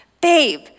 babe